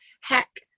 hack